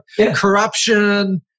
corruption